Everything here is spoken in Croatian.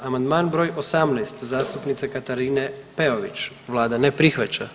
Amandman br. 18 zastupnice Katarine Peović, Vlada ne prihvaća.